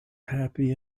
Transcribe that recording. happy